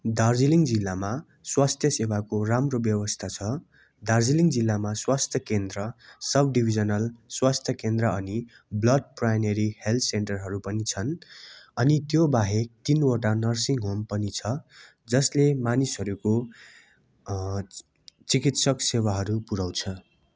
दार्जिलिङ जिल्लामा स्वास्थ्य सेवाको राम्रो व्यवस्था छ दार्जिलिङ जिल्लामा स्वास्थ्य केन्द्र सब डिभिजनल स्वास्थ्य केन्द्र अनि ब्लड प्राइमेरी हेल्थ सेन्टरहरू पनि छन् अनि त्यो बाहेक तिनवटा नर्सिङ होम पनि छ जसले मानिसहरूको चिकित्सक सेवाहरू पुर्याउँछ